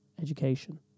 education